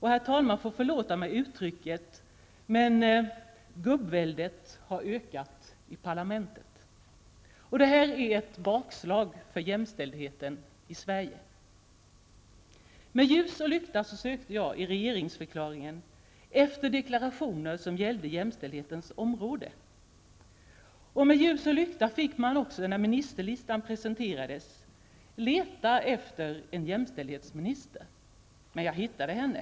Herr talman må förlåta mig för uttrycket, men gubbväldet har ökat i parlamentet. Detta är ett bakslag för jämställdheten i Sverige! Med ljus och lyckta sökte jag i regeringsförklaringen efter deklarationer som gällde jämställdhetens område. Med ljus och lyckta fick man också, när ministerlistan presenterades, leta efter en jämställdhetsminister. Jag hittade henne.